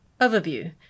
Overview